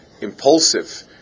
impulsive